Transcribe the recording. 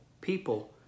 people